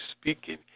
speaking